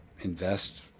invest